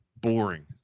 boring